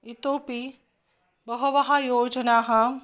इतोऽपि बहवः योजनाः